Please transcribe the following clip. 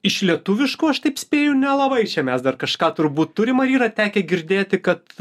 iš lietuviškų aš taip spėju nelabai čia mes dar kažką turbūt turim ar yra tekę girdėti kad